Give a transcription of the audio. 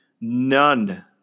None